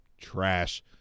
trash